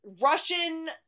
Russian